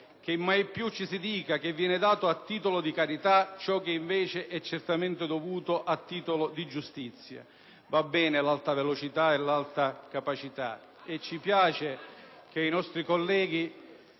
che mai più ci si dica che viene dato a titolo di carità ciò che invece è certamente dovuto a titolo di giustizia. Va bene l'Alta velocità e l'Alta capacità e ci piace che i nostri colleghi